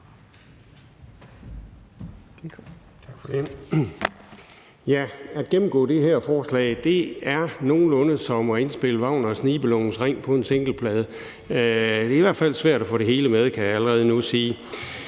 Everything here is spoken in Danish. Tak for det.